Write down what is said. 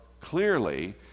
clearly